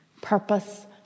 Purpose